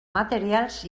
materials